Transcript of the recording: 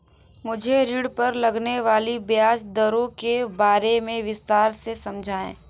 मुझे ऋण पर लगने वाली ब्याज दरों के बारे में विस्तार से समझाएं